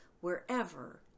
wherever